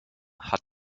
hat